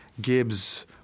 Gibbs